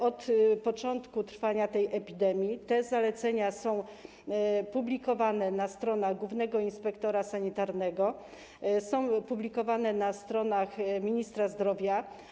Od początku trwania tej epidemii te zalecenia są publikowane na stronach głównego inspektora sanitarnego i na stronach ministra zdrowia.